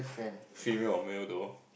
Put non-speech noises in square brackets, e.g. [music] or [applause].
[breath] female or male though